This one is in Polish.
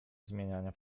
zmieniania